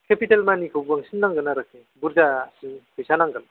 capital मानिखौ बांसिन नांगोन आरो बुरजासिन फैसा नांगोन